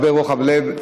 הרבה רוחב לב,